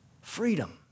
Freedom